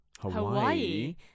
Hawaii